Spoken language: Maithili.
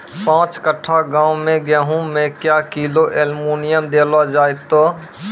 पाँच कट्ठा गांव मे गेहूँ मे क्या किलो एल्मुनियम देले जाय तो?